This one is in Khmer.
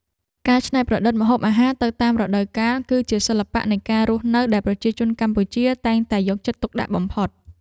ការច្នៃប្រឌិតម្ហូបអាហារទៅតាមរដូវកាល គឺជាសិល្បៈនៃការរស់នៅដែលប្រជាជនកម្ពុជាតែងតែយកចិត្តទុកដាក់បំផុត។